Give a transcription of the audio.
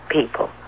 people